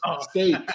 state